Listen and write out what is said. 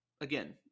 again